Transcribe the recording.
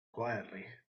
quietly